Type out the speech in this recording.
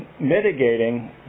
mitigating